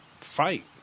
fight